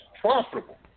profitable